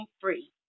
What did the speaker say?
free